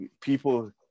people